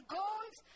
goals